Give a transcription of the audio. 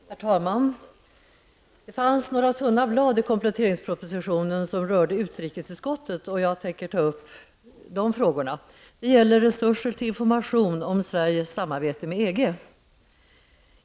Herr talman! Det finns några få blad i kompletteringspropositionen som rör utrikesutskottet. Jag tänker ta upp de frågorna. Det gäller då resurser till information om Sveriges samarbete med EG.